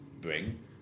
bring